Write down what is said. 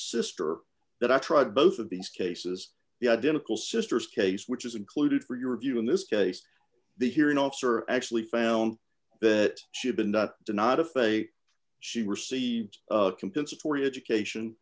sister that i tried both of these cases the identical sister's case which is included for your review in this case the hearing officer actually found that she had been the do not a fate she received compensatory education